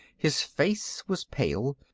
his face was pale.